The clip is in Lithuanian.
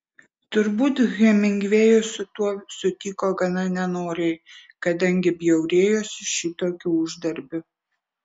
turbūt hemingvėjus su tuo sutiko gana nenoriai kadangi bjaurėjosi šitokiu uždarbiu